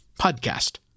podcast